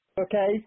okay